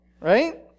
right